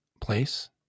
place